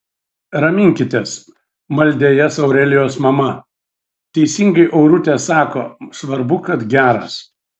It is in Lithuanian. raminkitės maldė jas aurelijos mama teisingai aurutė sako svarbu kad geras